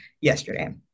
yesterday